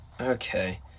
okay